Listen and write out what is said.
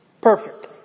Perfect